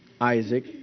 Isaac